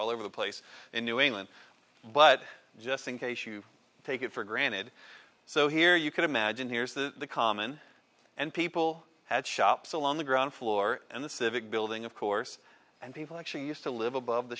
all over the place in new england but just in case you take it for granted so here you can imagine here's the common and people had shops along the ground floor and the civic building of course and people actually used to live above the